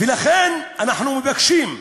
ולכן אנחנו מבקשים,